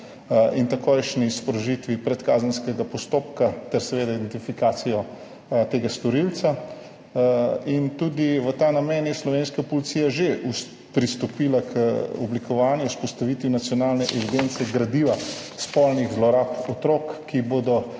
in takojšnji sprožitvi predkazenskega postopka ter seveda identifikaciji tega storilca. Tudi v ta namen je slovenska policija že pristopila k oblikovanju, vzpostavitvi nacionalne evidence, gradiva spolnih zlorab otrok, kjer bo